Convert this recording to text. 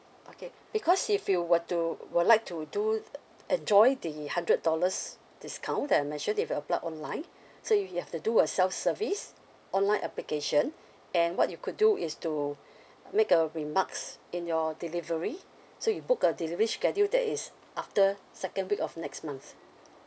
okay because if you were to would like to do enjoy the hundred dollars discount that I mentioned if you apply online so you'll have to do a self service online application and what you could do is to make a remarks in your delivery so you book a delivery schedule that is after second week of next month